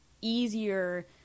easier